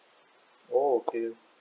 oh okay